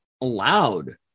allowed